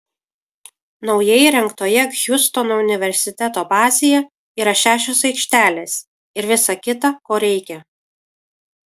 naujai įrengtoje hjustono universiteto bazėje yra šešios aikštelės ir visa kita ko reikia